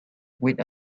with